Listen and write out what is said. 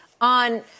on –